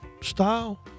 style